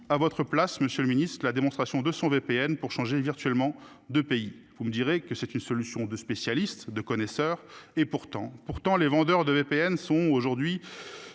à votre place. Monsieur le Ministre de la démonstration de son VPN pour changer virtuellement de pays, vous me direz que c'est une solution de spécialistes de connaisseurs et pourtant pourtant les vendeurs de VPN sont aujourd'hui.